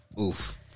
Oof